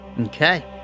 Okay